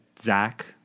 Zach